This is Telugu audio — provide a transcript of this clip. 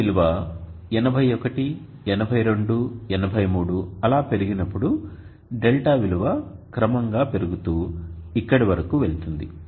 N విలువ 81 82 83 అలా పెరిగినప్పుడు δ విలువ క్రమంగా పెరుగుతూ ఇక్కడ వరకు వెళ్తుంది